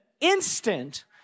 instant